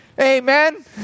Amen